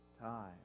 time